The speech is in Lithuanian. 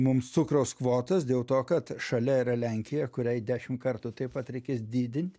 mums cukraus kvotas dėl to kad šalia yra lenkija kuriai dešim kartų taip pat reikės didint